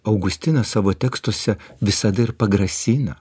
augustinas savo tekstuose visada ir pagrasina